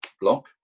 block